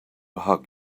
hug